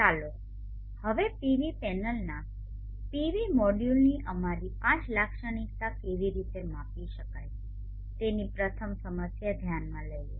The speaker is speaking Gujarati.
ચાલો હવે PV પેનલના PV મોડ્યુલની અમારી IV લાક્ષણિકતા કેવી રીતે માપી શકાય તેની પ્રથમ સમસ્યા ધ્યાનમાં લઈએ